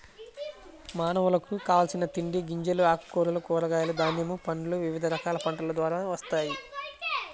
మానవులకు కావలసిన తిండి గింజలు, ఆకుకూరలు, కూరగాయలు, ధాన్యములు, పండ్లు వివిధ రకాల పంటల ద్వారా వస్తాయి